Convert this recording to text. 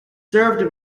served